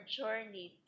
journey